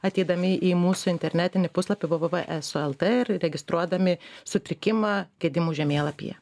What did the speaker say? ateidami į mūsų internetinį puslapį v v v eso lt ir registruodami sutrikimą gedimų žemėlapyje